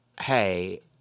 hey